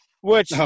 which-